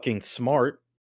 smart